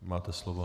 Máte slovo.